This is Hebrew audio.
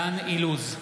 דן אילוז,